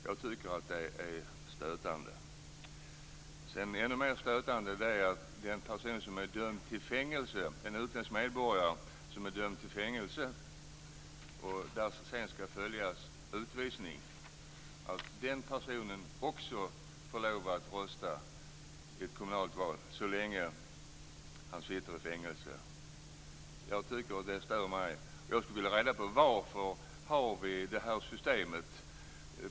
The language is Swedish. Jag tycker att det är stötande. Ännu mer stötande är det att en utländsk medborgare som är dömd till fängelse och som sedan skall utvisas också får lov att rösta i ett kommunalt val så länge han eller hon sitter i fängelse. Det stör mig, och jag skulle vilja ha reda på varför vi har det här systemet.